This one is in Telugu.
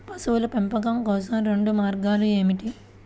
పశువుల పెంపకం కోసం రెండు మార్గాలు ఏమిటీ?